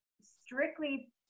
strictly